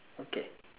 okay